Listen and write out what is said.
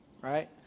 right